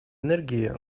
энергии